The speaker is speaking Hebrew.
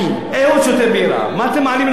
הוא שותה בירה, מה אתם מעלים לו את המס?